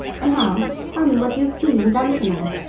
and now tell me what you have seen and done to-night.